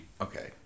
Okay